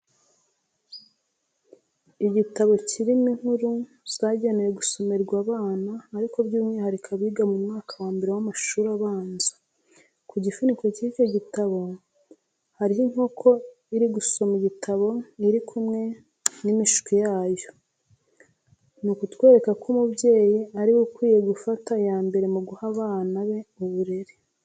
Igitabo kirimo inkuru zagenewe gusomerwa abana ariko by'umwihariko abiga mu mwaka wa mbere w'amashuri abanza, ku gifuniko cy'icyo gitabo hari ho inkoko iri gusoma igitabo iri kumwe n'imishwi yayo. Ni ukutwereka ko umubyeyi ari we ukwiye gufata iya mbere mu guha abana be uburere.